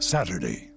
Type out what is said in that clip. Saturday